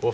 Kl.